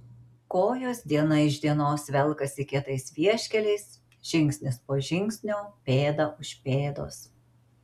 kojos diena iš dienos velkasi kietais vieškeliais žingsnis po žingsnio pėda už pėdos